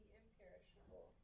imperishable